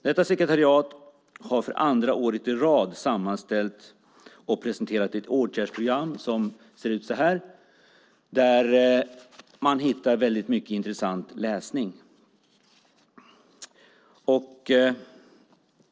Detta sekretariat har andra året i rad sammanställt och presenterat ett åtgärdsprogram där man hittar mycket intressant att läsa.